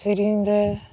ᱥᱮᱨᱮᱧ ᱨᱮ